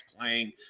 playing